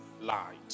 light